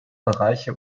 bereiche